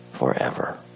forever